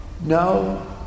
No